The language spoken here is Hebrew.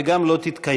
וגם לא תתקיים.